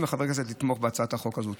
מחברי הכנסת לתמוך בהצעת החוק הזו.